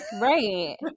right